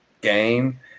game